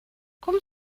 como